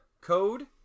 code